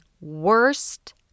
worst